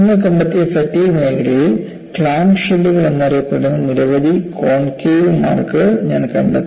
നിങ്ങൾ കണ്ടെത്തിയ ഫാറ്റിഗ് മേഖലയിൽ ക്ലാം ഷെല്ലുകൾ എന്നറിയപ്പെടുന്ന നിരവധി കോൺകേവ് മാർക്കുകൾ ഞാൻ കണ്ടെത്തി